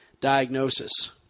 Diagnosis